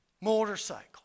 motorcycle